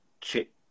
chip